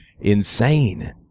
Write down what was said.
insane